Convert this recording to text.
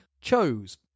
chose